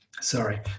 Sorry